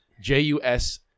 J-U-S-